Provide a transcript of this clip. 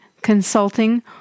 consulting